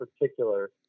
particular